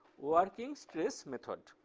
working stress method.